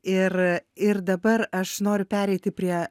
ir ir dabar aš noriu pereiti prie